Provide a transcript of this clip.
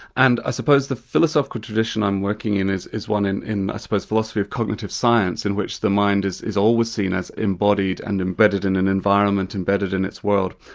and i suppose the philosophical tradition i'm working in is is one in, i suppose, philosophy of cognitive science, in which the mind is is always seen as embodied and embedded in an environment, embedded in its world.